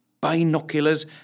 binoculars